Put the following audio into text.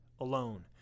alone